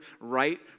right